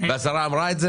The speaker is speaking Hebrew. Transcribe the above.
והשרה אמרה את זה.